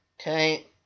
Okay